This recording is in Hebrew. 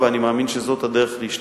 ואני מאמין שזאת הדרך להשתפר.